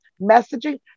messaging